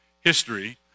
history